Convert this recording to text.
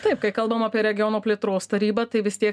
taip kai kalbam apie regiono plėtros tarybą tai vis tiek